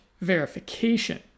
verification